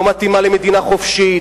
לא מתאימה למדינה חופשית,